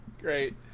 Great